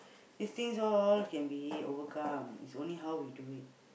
these things all can be overcome it's only how we do it